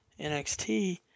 NXT